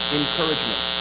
encouragement